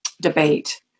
debate